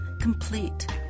complete